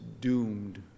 doomed